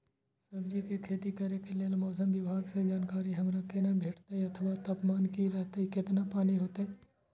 सब्जीके खेती करे के लेल मौसम विभाग सँ जानकारी हमरा केना भेटैत अथवा तापमान की रहैत केतना पानी होयत?